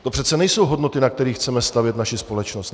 To přece nejsou hodnoty, na kterých chceme stavět naši společnost.